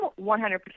100%